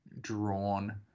drawn